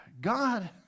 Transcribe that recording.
God